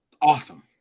Awesome